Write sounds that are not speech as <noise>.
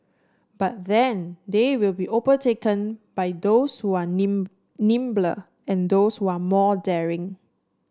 but then they will be overtaken by those who are <unintelligible> nimbler and those who are more daring